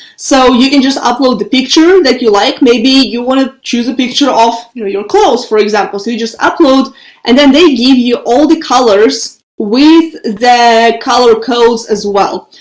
so you can just upload the picture that you like maybe you want to choose a picture off your your clothes, for example. so you just upload and then they give you all the colors with the color codes as well.